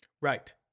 Right